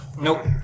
Nope